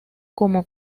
como